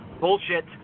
bullshit